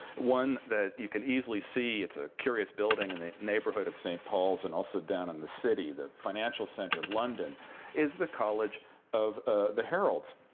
one that you can easily see it's a curious building in and the neighborhood of st. paul's and also down in the city, the financial center of london is the college of ah the heralds,